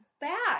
back